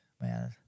man